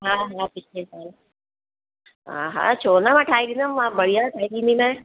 हा हा पिछले साल हा हा छो न मां ठाहे ॾींदमि मां बढ़िया ठाहे ॾींदीमांइ